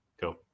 Cool